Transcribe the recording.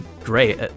great